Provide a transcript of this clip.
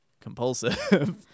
compulsive